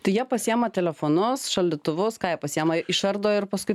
tai jie pasiima telefonus šaldytuvus ką pasiima išardo ir paskui